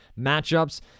matchups